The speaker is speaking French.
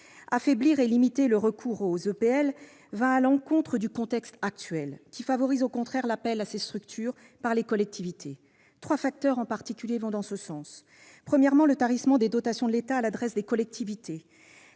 Affaiblir et limiter le recours aux EPL va à l'encontre du contexte actuel, qui favorise au contraire l'appel à ces structures par les collectivités. Trois facteurs en particulier vont dans ce sens. Premièrement, le tarissement des dotations de l'État aux collectivités